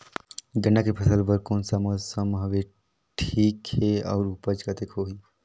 गन्ना के फसल बर कोन सा मौसम हवे ठीक हे अउर ऊपज कतेक होही?